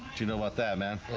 you know about that man?